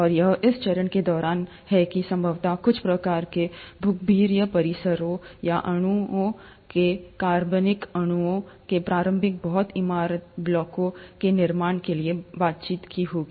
और यह इस चरण के दौरान है कि संभवतया कुछ प्रकार के भूगर्भीय परिसरों या अणुओं ने कार्बनिक अणुओं के प्रारंभिक बहुत इमारत ब्लॉकों के निर्माण के लिए बातचीत की होगी